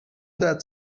that